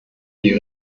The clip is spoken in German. die